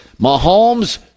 Mahomes